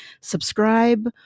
subscribe